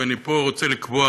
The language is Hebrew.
אני פה רוצה לקבוע,